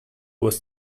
was